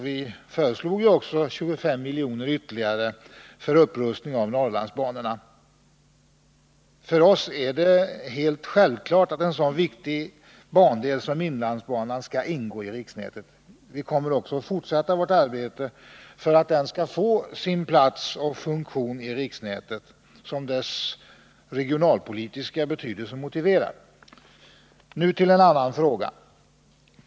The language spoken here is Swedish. Vi föreslog också 25 milj.kr. ytterligare för upprustning av Norrlandsbanorna. För oss är det helt självklart att en så viktig bandel som inlandsbanan skall ingå i riksnätet. Vi kommer också att fortsätta vårt arbete för att den skall få den plats och funktion i riksnätet som dess regionalpolitiska betydelse motiverar. Nu till en annan fråga.